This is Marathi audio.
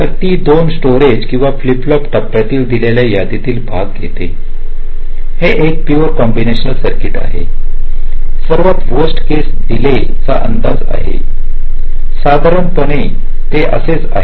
तर ती 2 स्टोरेज किंवा फ्लिप फ्लॉप टप्प्यामध्ये दिलेल्या यादीचा भाग घेते हे एक पूयर कॉम्बिनेशनल सर्किट आहे सर्वात वोर्स्ट केस डीले चा अंदाज आहे साधारणपणे ते असेच आहे